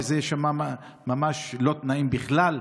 ושם אין תנאים בכלל,